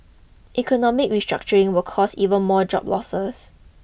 economic restructuring will cause even more job losses